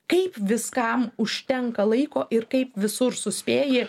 kaip viskam užtenka laiko ir kaip visur suspėji